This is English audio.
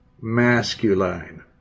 masculine